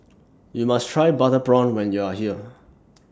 YOU must Try Butter Prawn when YOU Are here